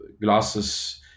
glasses